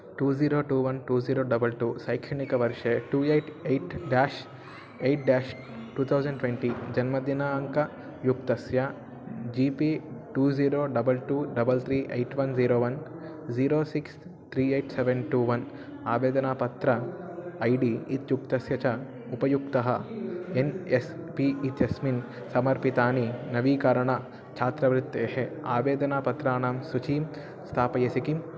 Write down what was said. two zero two one two zero double two सैक्षणिकवर्षे two eight eight dash eight dash two thousand twenty जन्मदिनाङ्कयुक्तस्य G P two zero double two double three eight one zero one zero six three eight seven two one आवेदनापत्रम् I D इत्युक्तस्य च उपयुक्तः N S P इत्यस्मिन् समर्पितानि नवीकरणछात्रवृत्तेः आवेदनपत्राणां सूचीं स्थापयसि किम्